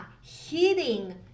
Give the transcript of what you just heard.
Heating